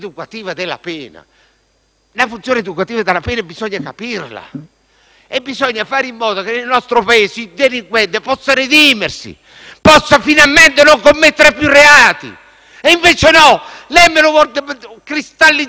La funzione educativa della pena bisogna capirla e bisogna fare in modo che nel nostro Paese il delinquente possa redimersi e finalmente non commettere più reati. Invece no: lei vuole cristallizzare il delinquente.